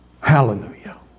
Hallelujah